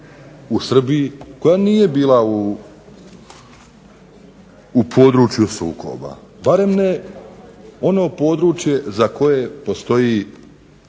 u Srbiji koja nije bila u području sukoba, barem ne ono područje za koje postoji